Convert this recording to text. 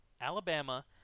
Alabama